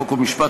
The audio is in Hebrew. חוק ומשפט,